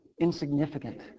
insignificant